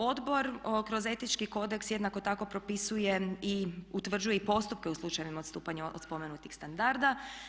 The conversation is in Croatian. Odbor kroz etički kodeks jednako tako propisuje i utvrđuje i postupke u slučajevima odstupanja od spomenutih standarda.